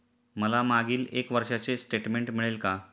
मला मागील एक वर्षाचे स्टेटमेंट मिळेल का?